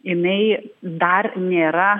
jinai dar nėra